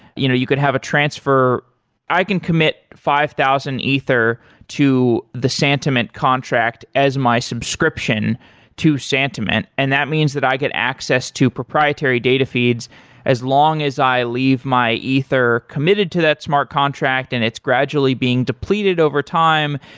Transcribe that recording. you know you could have a transfer i can commit five thousand ether to the santiment contract as my subscription to santiment, and that means that i get access to proprietary data feeds as long as i leave my ether committed to that smart contract and it's gradually being depleted over time.